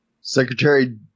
Secretary